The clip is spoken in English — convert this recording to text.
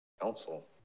council